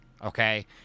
Okay